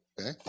Okay